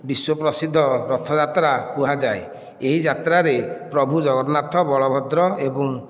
ବିଶ୍ୱ ପ୍ରସିଦ୍ଧ ରଥଯାତ୍ରା କୁହାଯାଏ ଏହି ଯାତ୍ରାରେ ପ୍ରଭୁ ଜଗନ୍ନାଥ ବଳଭଦ୍ର ଏବଂ